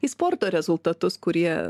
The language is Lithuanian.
į sporto rezultatus kurie